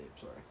Sorry